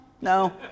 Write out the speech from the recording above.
no